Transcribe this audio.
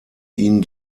ihn